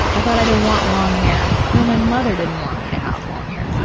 i thought i didn't want long hair. no, my mother didn't want me to have long hair.